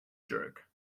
jerk